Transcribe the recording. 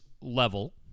level